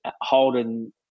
holding